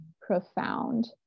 profound